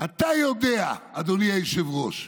אתה יודע, אדוני היושב-ראש,